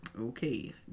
Okay